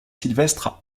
sylvestre